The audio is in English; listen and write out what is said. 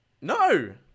No